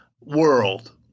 world